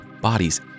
Bodies